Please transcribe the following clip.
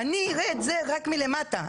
אני אראה את זה רק מלמטה,